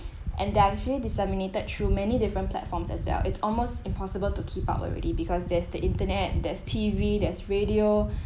and they are actually disseminated through many different platforms as well it's almost impossible to keep up already because there's the internet there's T_V there's radio